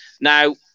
Now